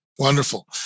Wonderful